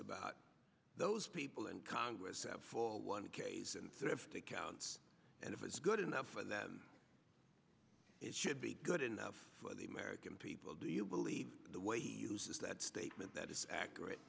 about those people and congress for one case and thrift accounts and if it's good enough for that it should be good enough for the american people do you believe the way he uses that statement that it's accurate